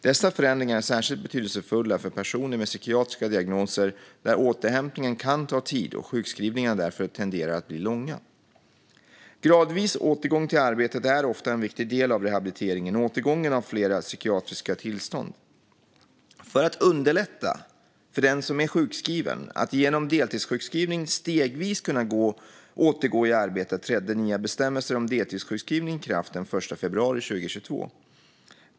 Dessa förändringar är särskilt betydelsefulla för personer med psykiatriska diagnoser där återhämtningen kan ta tid och sjukrivningarna därför tenderar att bli långa. Gradvis återgång till arbetet är ofta en viktig del av rehabiliteringen och arbetsåtergången vid flera psykiatriska tillstånd. För att underlätta för den som är sjukskriven att genom deltidssjukskrivning stegvis kunna återgå i arbete trädde nya bestämmelser om deltidssjukrivning i kraft den 1 februari 2022.